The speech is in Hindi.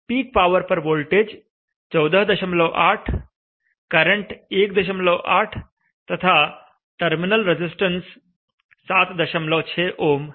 पीक पावर पर वोल्टेज 148 करंट 18 तथा टर्मिनल रजिस्टेंस 76 ओम है